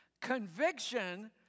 Conviction